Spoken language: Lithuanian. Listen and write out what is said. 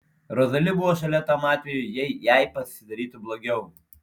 rozali buvo šalia tam atvejui jei jai pasidarytų blogiau